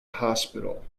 hospital